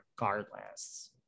regardless